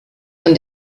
von